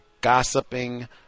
gossiping